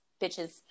bitches